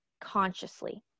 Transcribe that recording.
consciously